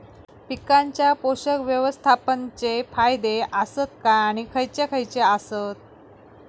पीकांच्या पोषक व्यवस्थापन चे फायदे आसत काय आणि खैयचे खैयचे आसत?